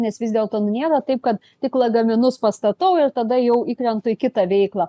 nes vis dėlto nėra taip kad tik lagaminus pastatau ir tada jau įkrentu į kitą veiklą